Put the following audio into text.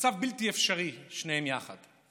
מצב בלתי אפשרי, שניהם יחד.